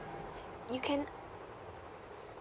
you can